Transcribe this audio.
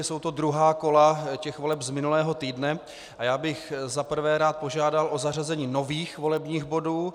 Jsou to druhá kola voleb z minulého týdne a já bych za prvé rád požádal o zařazení nových volebních bodů.